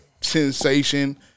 sensation